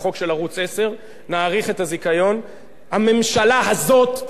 הממשלה הזאת תעשה את זה כפי שהממשלה הזאת עשתה את זה לפני שנתיים.